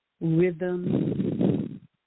Rhythm